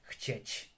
chcieć